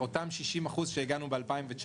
אותם 60% שהגענו ב-2019,